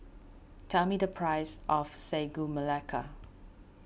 tell me the price of Sagu Melaka